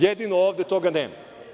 Jedino ovde toga nema.